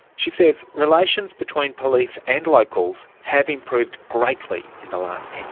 she says relations between police and locals have improved greatly in the last ten